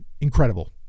incredible